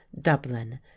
dublin